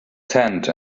tent